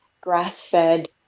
grass-fed